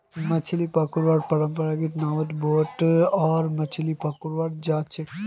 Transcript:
मछली पकड़वार पारंपरिक नावत बोठे ओरा मछली पकड़वा जाछेक